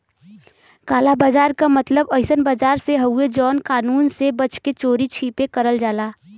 काला बाजार क मतलब अइसन बाजार से हउवे जौन कानून से बच के चोरी छिपे करल जाला